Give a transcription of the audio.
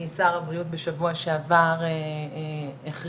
יש נשים צעירות שאם הן היו עושות את הבדיקה והיו